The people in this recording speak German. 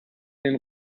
den